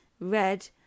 red